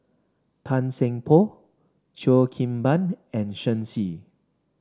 Tan Seng Poh Cheo Kim Ban and Shen Xi